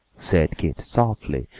said keith, softly,